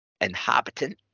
inhabitant